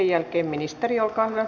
olkaa hyvä